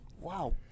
Wow